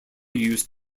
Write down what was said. use